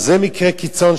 זה מקרה קיצון,